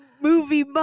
movie